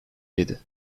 yedi